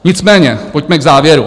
Nicméně pojďme k závěru.